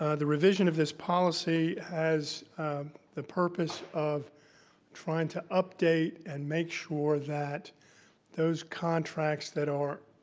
ah the revision of this policy has the purpose of trying to update and make sure that those contracts that are,